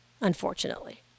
unfortunately